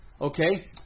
Okay